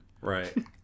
right